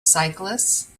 cyclists